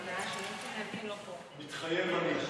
מתחייב אני.